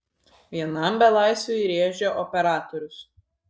vienam belaisviui rėžia operatorius